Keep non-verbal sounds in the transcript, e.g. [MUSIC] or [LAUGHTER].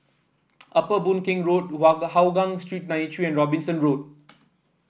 Upper Boon Keng Road [UNINTELLIGIBLE] Hougang Street ninety three and Robinson Road